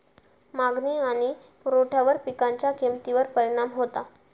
मागणी आणि पुरवठ्यावर पिकांच्या किमतीवर परिणाम होता